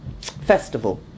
festival